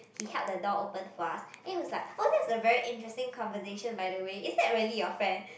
he held the door open for us and he was like oh that's a very interesting conversation by the way is that really your friend